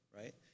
right